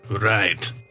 Right